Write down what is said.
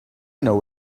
know